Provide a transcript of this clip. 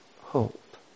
hope